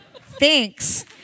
Thanks